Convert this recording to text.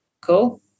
Cool